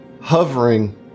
hovering